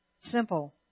Simple